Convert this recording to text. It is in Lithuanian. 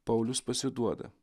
paulius pasiduoda